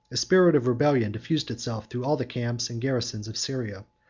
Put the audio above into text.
a spirit of rebellion diffused itself through all the camps and garrisons of syria,